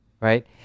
right